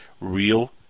real